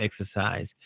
exercise